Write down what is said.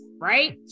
right